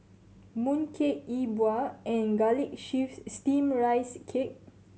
mooncake Yi Bua and Garlic Chives Steamed Rice Cake